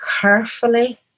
carefully